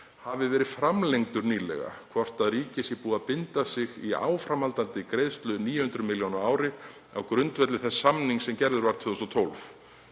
hafi verið framlengdur nýlega, hvort ríkið sé búið að binda sig í áframhaldandi greiðslu, 900 milljónir á ári, á grundvelli þess samnings sem gerður var 2012.